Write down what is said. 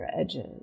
edges